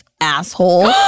asshole